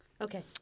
Okay